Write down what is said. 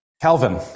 Calvin